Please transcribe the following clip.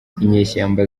inyeshyamba